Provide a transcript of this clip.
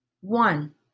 one